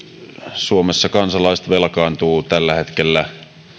suomessa kansalaiset velkaantuvat tällä hetkellä